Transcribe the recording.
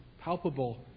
palpable